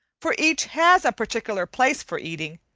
for each has a particular place for eating,